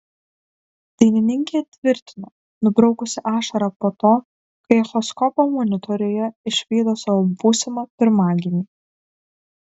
dainininkė tvirtino nubraukusi ašarą po to kai echoskopo monitoriuje išvydo savo būsimą pirmagimį